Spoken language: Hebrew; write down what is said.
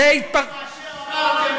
אמרתם.